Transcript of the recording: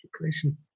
question